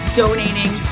donating